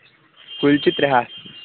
کُلچہِ ترٛےٚ ہَتھ